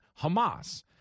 hamas